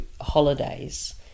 holidays